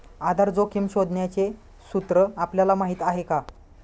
आधार जोखिम शोधण्याचे सूत्र आपल्याला माहीत आहे का?